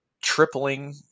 tripling